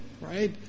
Right